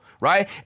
right